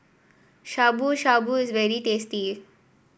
Shabu Shabu is very tasty